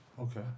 Okay